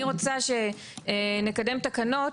אני רוצה שנקדם תקנות